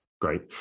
Great